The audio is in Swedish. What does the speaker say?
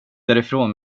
därifrån